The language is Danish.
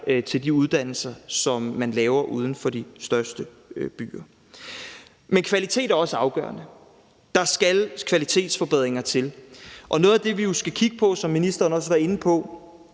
til de uddannelser, som man opretter uden for de største byer. Kvalitet er også afgørende. Der skal kvalitetsforbedringer til, og noget af det, som vi jo skal kigge på, og som ministeren også var inde på,